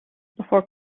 before